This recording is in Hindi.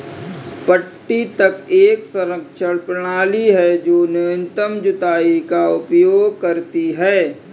पट्टी तक एक संरक्षण प्रणाली है जो न्यूनतम जुताई का उपयोग करती है